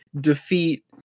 defeat